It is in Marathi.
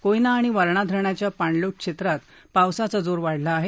कोयना आणि वारणा धरणाच्या पाणलोट क्षेत्रात पावसाचा जोर वाढला आहे